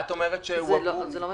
זה לא מדויק.